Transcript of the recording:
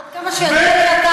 עד כמה שידוע לי,